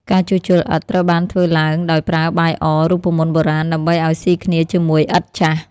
ការជួសជុលឥដ្ឋត្រូវបានធ្វើឡើងដោយប្រើបាយអរូបមន្តបុរាណ ដើម្បីឱ្យស៊ីគ្នាជាមួយឥដ្ឋចាស់។